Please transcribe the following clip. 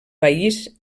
país